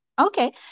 Okay